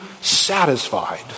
satisfied